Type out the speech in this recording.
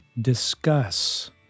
discuss